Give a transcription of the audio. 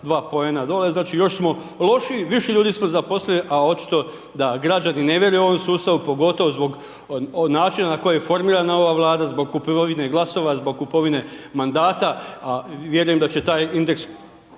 2 poena dole, znači, još smo lošiji, više ljudi smo zaposlili, a očito da građani ne vjeruju ovom sustavu, pogotovo zbog načina na koji je formirana ova Vlada, zbog kupovine glasova, zbog kupovine mandata, a vjerujem da će taj indeks